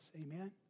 Amen